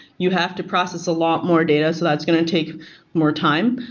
you have to process a lot more data so that's going to take more time.